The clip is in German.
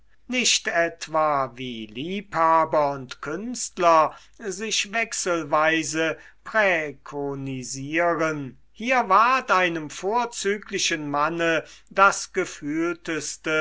nicht etwa wie liebhaber und künstler sich wechselsweise präkonisieren hier ward einem vorzüglichen manne das gefühlteste